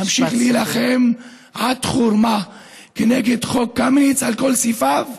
אמשיך להילחם עד חורמה כנגד "חוק קמיניץ" על כל סעיפיו,